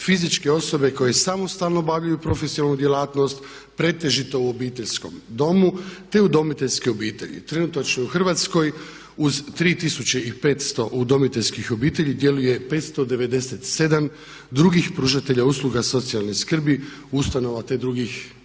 fizičke osobe koje samostalno obavljaju profesionalnu djelatnost, pretežito u obiteljskom domu te udomiteljske obitelji. Trenutačno u Hrvatskoj uz 3500 udomiteljskih obitelji djeluje 597 drugih pružatelja usluga socijalne skrbi ustanova te drugih pravnih